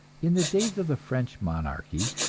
in the days of the french monarchy,